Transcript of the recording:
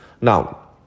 Now